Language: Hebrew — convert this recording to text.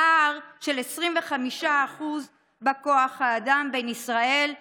פער של 25% בכוח האדם בין ישראל ל-OECD.